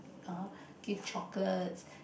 uh give chocolates